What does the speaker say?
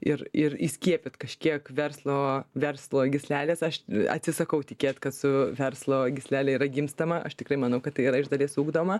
ir ir įskiepyt kažkiek verslo verslo gyslelės aš atsisakau tikėt kad su verslo gyslele yra gimstama aš tikrai manau kad tai yra iš dalies ugdoma